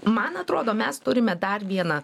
man atrodo mes turime dar vieną